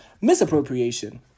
misappropriation